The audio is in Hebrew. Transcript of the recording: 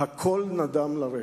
הכול נדם לרגע.